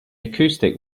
acoustic